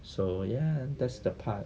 so ya that's the part